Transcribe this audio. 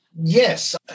yes